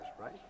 right